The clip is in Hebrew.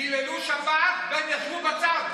חיללו שבת והם ישבו בצד.